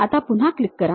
आता पुन्हा क्लिक करा